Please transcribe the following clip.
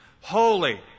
holy